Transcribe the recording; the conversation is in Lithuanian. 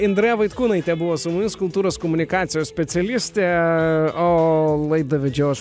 indraja vaitkūnaitė buvo su mumis kultūros komunikacijos specialiste o laidą vedžiau aš